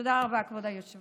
תודה רבה, כבוד היושב-ראש.